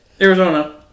Arizona